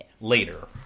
later